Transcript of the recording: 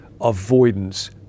avoidance